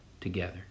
together